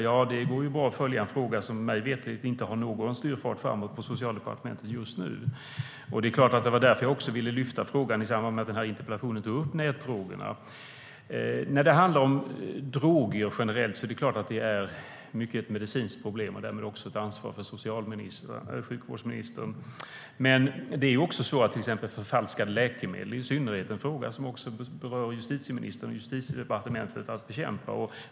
Ja, det går bra att följa en fråga som mig veterligt inte har någon styrfart framåt på Socialdepartementet just nu. Därför ville jag lyfta frågan i samband med den här interpellationsdebatten om nätfrågorna. Droger är generellt givetvis i mycket ett medicinskt problem och därmed också ett ansvar för sjukvårdsministern. Men det är också så att till exempel förfalskade läkemedel berör justitieministern och Justitiedepartementet och åligger dem att bekämpa.